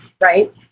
right